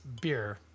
beer